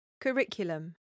Curriculum